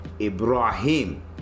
Ibrahim